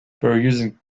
perusing